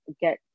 get